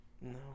No